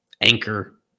Anchor